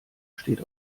steht